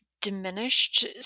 diminished